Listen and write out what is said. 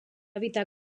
evitar